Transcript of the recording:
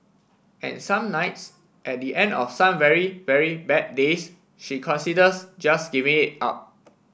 and some nights at the end of some very very bad days she considers just giving it up